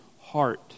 heart